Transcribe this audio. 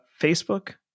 facebook